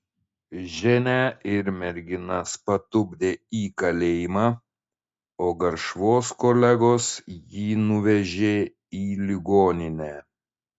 ženią ir merginas patupdė į kalėjimą o garšvos kolegos jį nuvežė į ligoninę